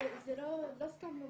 לא סתם לומדים,